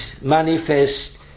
manifest